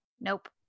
Nope